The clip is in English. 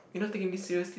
you not taking this seriously